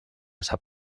sap